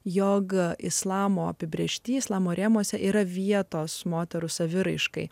joga islamo apibrėžti islamo rėmuose yra vietos moterų saviraiškai